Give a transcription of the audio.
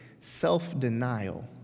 self-denial